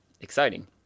exciting